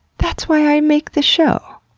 that's why i make the show!